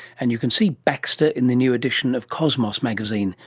and you can see baxter in the new edition of cosmos magazine,